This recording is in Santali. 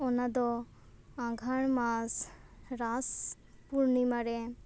ᱚᱱᱟᱫᱚ ᱟᱸᱜᱷᱟᱲ ᱢᱟᱥ ᱨᱟᱥᱯᱩᱨᱱᱤᱢᱟ ᱨᱮ